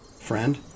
friend